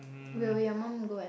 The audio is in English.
will will your mum go and